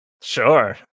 sure